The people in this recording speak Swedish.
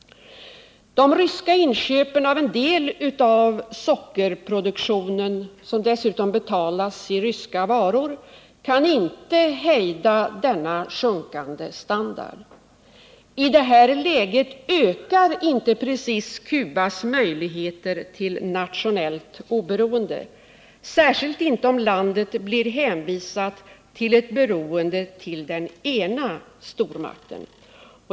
De ryska inköpen av en del av sockerproduktionen, som dessutom betalas i ryska varor, kan inte hejda denna sjunkande standard. I detta läge ökar inte precis Cubas möjligheter till nationellt oberoende, särskilt inte om landet blir hänvisat till ett beroende av den ena stormakten.